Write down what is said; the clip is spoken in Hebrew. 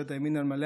ממשלת הימין על מלא,